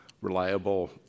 reliable